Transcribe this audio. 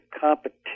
competition